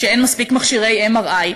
כשאין מספיק מכשירי MRI?